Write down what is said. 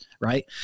right